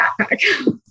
backpack